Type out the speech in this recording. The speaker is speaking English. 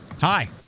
hi